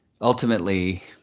ultimately